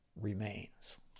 Remains